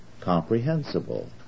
comprehensible